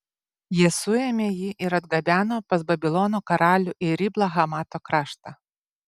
jie suėmė jį ir atgabeno pas babilono karalių į riblą hamato kraštą